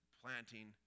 planting